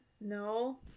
no